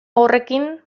horrekin